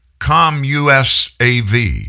COMUSAV